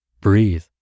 breathe